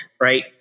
Right